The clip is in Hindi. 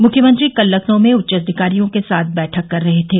मुख्यमंत्री कल लखनऊ में उच्चाधिकारियों के साथ बैठक कर रहे थे